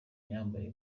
yambaye